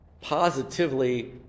positively